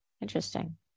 interesting